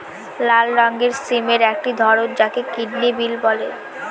লাল রঙের সিমের একটি ধরন যাকে কিডনি বিন বলে